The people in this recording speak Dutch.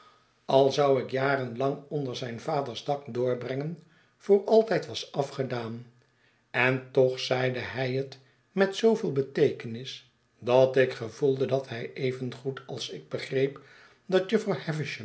al zou ik jaren lang onder zijn vaders dak doorbrengen voor altijd was afgedaan en toch zeide hij het met zooveel beteekenis dat ik gevoelde dat hij evengoed als ik begreep dat